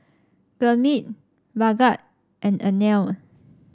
Gurmeet Bhagat and Anil